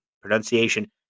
Pronunciation